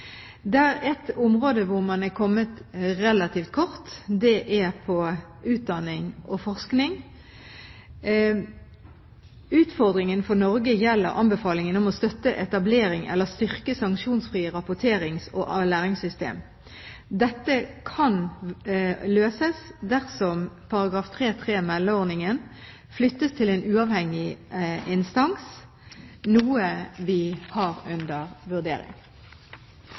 område er man kommet relativt kort, og det gjelder utdanning og forskning. Utfordringen for Norge gjelder anbefalingene om å støtte etablering av eller styrke sanksjonsfrie rapporterings- og læringssystem. Dette kan løses dersom § 3-3, meldeordningen, flyttes til en uavhengig instans, noe vi har under vurdering.